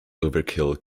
overkill